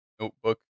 notebook